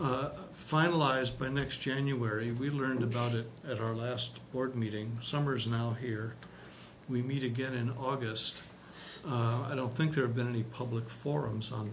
up finalized by next january we learned about it at our last board meeting summers now here we meet again in august i don't think there been any public forums on